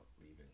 leaving